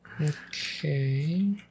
okay